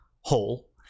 hole